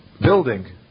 building